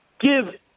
give